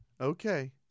okay